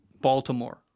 Baltimore